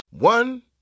One